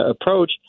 approach